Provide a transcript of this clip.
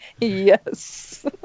Yes